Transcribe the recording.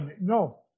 No